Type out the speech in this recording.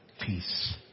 peace